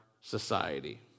society